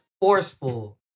forceful